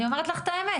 אני אומרת לך את האמת,